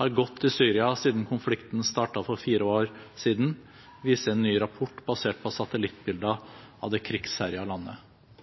har gått i Syria siden konflikten startet for fire år siden, viser en ny rapport basert på satellittbilder av det krigsherjede landet.